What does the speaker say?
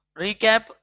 recap